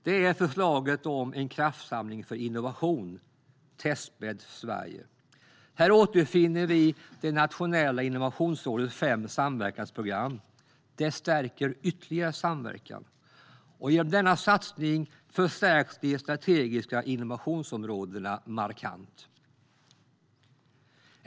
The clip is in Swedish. Det är förslaget om en kraftsamling för innovation - Testbädd Sverige. Här återfinner vi Nationella innovationsrådets fem samverkansprogram, vilket ytterligare stärker samverkan. Genom denna satsning förstärks de strategiska innovationsområdena markant.